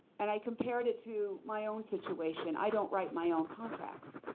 and i compared it to my own situation, i don't write my own contracts.